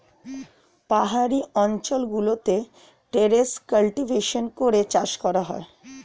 পাহাড়ি অঞ্চল গুলোতে টেরেস কাল্টিভেশন করে চাষ করা হয়